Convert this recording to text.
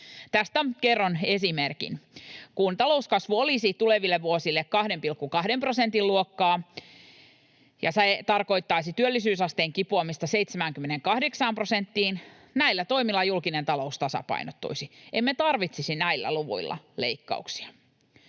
Tästä kerron esimerkin: Kun talouskasvu olisi tuleville vuosille 2,2 prosentin luokkaa, ja se tarkoittaisi työllisyysasteen kipuamista 78 prosenttiin, näillä toimilla julkinen talous tasapainottuisi. Emme tarvitsisi näillä luvuilla leikkauksia.